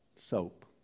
Soap